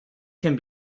can